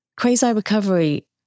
Quasi-recovery